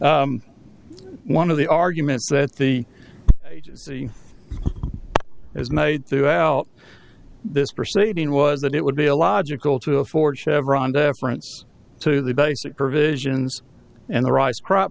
one of the argument that the as made throughout this proceeding was that it would be illogical to afford chevron deference to the basic provisions and the rice crop